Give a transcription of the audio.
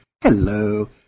Hello